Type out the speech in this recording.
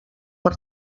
per